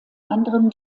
anderem